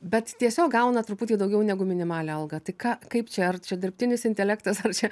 bet tiesiog gauna truputį daugiau negu minimalią algą tai ką kaip čia ar čia dirbtinis intelektas ar čia